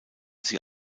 sie